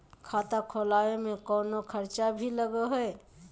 खाता खोलावे में कौनो खर्चा भी लगो है?